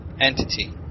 entity